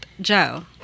Joe